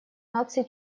наций